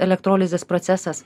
elektrolizės procesas